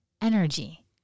energy